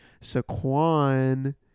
Saquon –